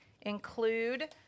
include